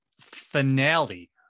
finale